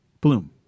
Bloom